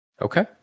okay